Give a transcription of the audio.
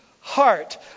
heart